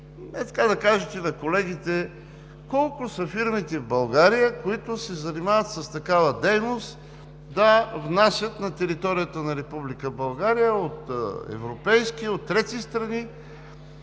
е – да кажете на колегите колко са фирмите в България, които се занимават с такава дейност – да внасят на територията на Република България отпадъци от европейски, от трети страни?